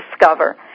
discover